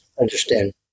understand